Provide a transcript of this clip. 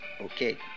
Okay